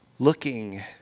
looking